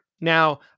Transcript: Now